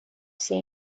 seen